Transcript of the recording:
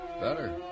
Better